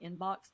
inbox